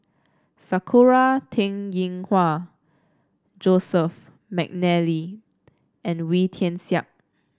Sakura Teng Ying Hua Joseph McNally and Wee Tian Siak